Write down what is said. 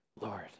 Lord